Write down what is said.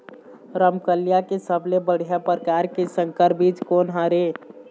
रमकलिया के सबले बढ़िया परकार के संकर बीज कोन हर ये?